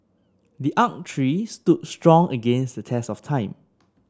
the oak tree stood strong against the test of time